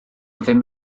ddim